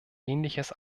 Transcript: ähnliches